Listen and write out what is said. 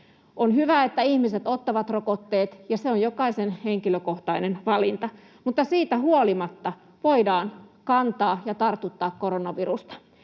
On hyvä, että ihmiset ottavat rokotteet, ja se on jokaisen henkilökohtainen valinta, mutta siitä huolimatta voidaan kantaa ja tartuttaa koronavirusta.